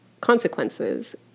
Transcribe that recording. consequences